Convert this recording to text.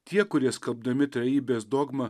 tie kurie skelbdami trejybės dogmą